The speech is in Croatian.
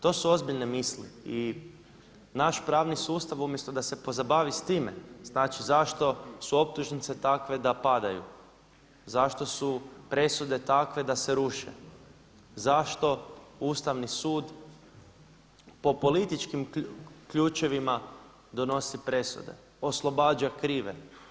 To su ozbiljne misli i naš pravni sustav umjesto da se pozabavi s time, znači zašto su optužnice takve da padaju, zašto su presude takve da se ruše, zašto Ustavni sud po političkim ključevima donosi presude, oslobađa krive.